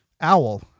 owl